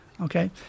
Okay